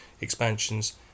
expansions